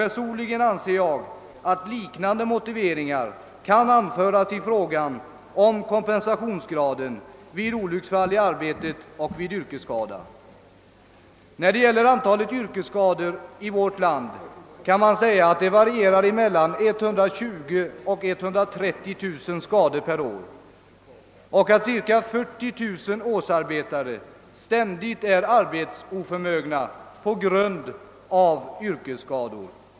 Personligen anser jag att liknande motiveringar kan anföras i frågan om kompensationsgraden vid olycksfall i arbete och vid yrkesskada. Om antalet yrkesskador i vårt land kan man säga att de varierar mellan 120 000 och 130 000 skador per år och att cirka 40 000 årsarbetare ständigt är arbetsoförmögna på grund av yrkesskador.